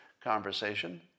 conversation